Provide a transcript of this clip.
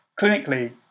clinically